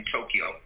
Tokyo